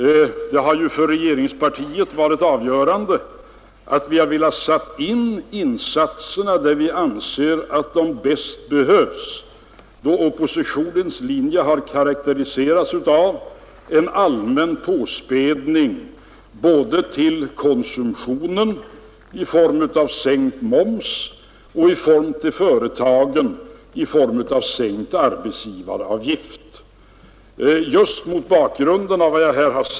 Det har för regeringspartiet varit utmärkande att vi velat sätta in insatserna där vi ansett att de bäst behövs, medan oppositionens linje har karakteriserats av att man velat åstadkomma en allmän påspädning, både till konsumtionen i form av sänkt moms och till företagen i form av sänkt arbetsgivaravgift.